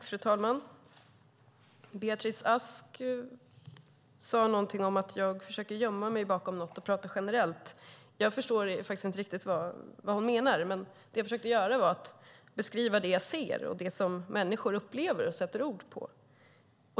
Fru talman! Beatrice Ask sade någonting om att jag försöker gömma mig bakom något och att jag pratar generellt. Jag förstår inte riktigt vad hon menar. Det jag försökte göra var att beskriva det jag ser och det som människor upplever och sätter ord på.